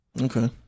Okay